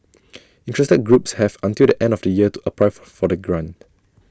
interested groups have until the end of the year to apply for for the grant